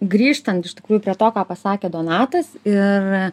grįžtant iš tikrųjų prie to ką pasakė donatas ir